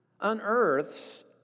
Unearths